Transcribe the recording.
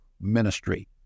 ministry